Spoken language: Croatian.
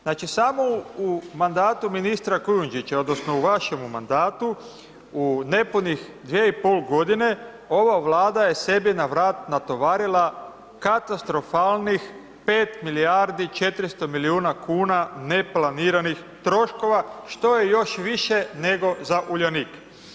Znači samo u mandatu ministra Kujundžića, odnosno u vašemu mandatu, u nepunih 2,5 godine ova Vlada je sebi na vrat natovarila katastrofalnih 5 milijardi i 400 milijuna kuna neplaniranih troškova, što je još više nego za Uljanik.